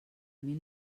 mil